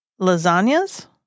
lasagnas